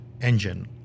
engine